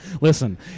listen